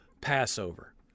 Passover